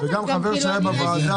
וגם חבר שהיה בוועדה.